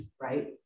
right